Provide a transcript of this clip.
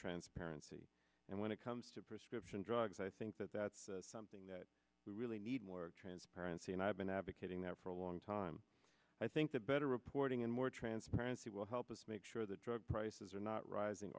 transparency and when it comes to prescription drugs i think that that's something that we really need more transparency and i've been advocating that for a long time i think that better reporting and more transparency will help us make sure the drug prices are not rising